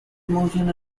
motion